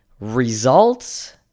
Results